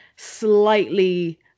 slightly